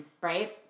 right